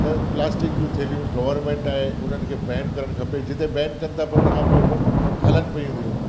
त प्लास्टिक जी थैलियूं गवर्मेंट आहे उन्हनि खे बैन करणु खपे जिते बैन कनि था पोइ हुन खां पोइ हलनि पियूं थियूं